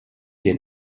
den